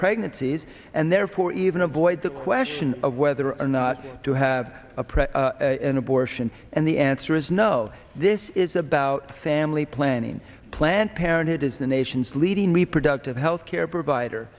pregnancies and therefore even avoid the question of whether or not to have a prayer in abortion and the answer is no this is about family planning planned parenthood is the nation's leading reproductive health care provider